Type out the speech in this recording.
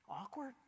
awkward